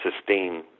sustain